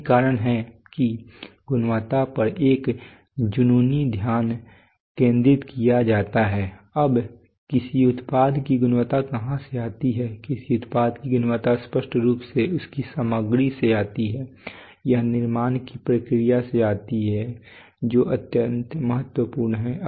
यही कारण है कि गुणवत्ता पर एक जुनूनी ध्यान केंद्रित किया जाता है अब किसी उत्पाद की गुणवत्ता कहां से आती है किसी उत्पाद की गुणवत्ता स्पष्ट रूप से इसकी सामग्री से आती है यह निर्माण की प्रक्रिया से भी आ सकती है जो अत्यंत महत्वपूर्ण है